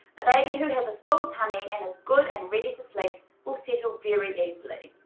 a baby who has a full tummy and is good and ready to sleep will settle very easily.